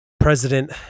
President